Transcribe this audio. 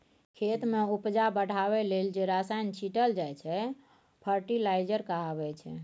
खेत मे उपजा बढ़ाबै लेल जे रसायन छीटल जाइ छै फर्टिलाइजर कहाबै छै